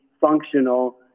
functional